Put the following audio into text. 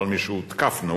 אבל משהותקפנו